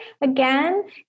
again